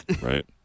right